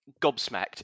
gobsmacked